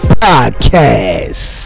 podcast